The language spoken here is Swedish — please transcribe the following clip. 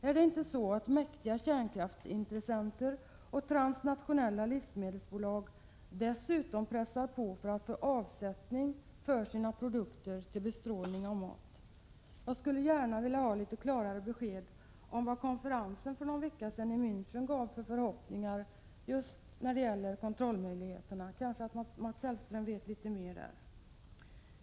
Är det inte så att mäktiga kärnkraftsintressenter och transnationella livsmedelsbolag dessutom pressar på, för att få avsättning för sina produkter, till bestrålning av mat? Jag skulle gärna vilja ha litet klarare besked om konferensen i Mänchen för en vecka sedan gav förhoppningar när det gäller kontrollmöjligheterna. Kanske Mats Hellström vet litet mera därvidlag.